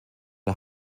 der